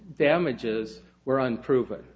damages were on proven